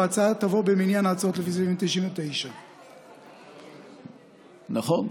וההצעה תבוא במניין ההצעות לפי סעיף 99". נכון.